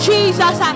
Jesus